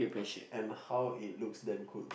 and how it looks damn cool